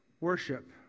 worship